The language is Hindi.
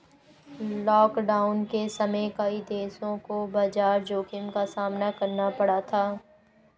लॉकडाउन के समय कई देशों को बाजार जोखिम का सामना करना पड़ा था